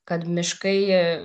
kad miškai